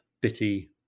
bitty